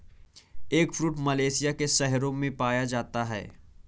eggfruit Malaysia के शहरों में पाया जाता है